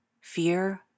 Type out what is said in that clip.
fear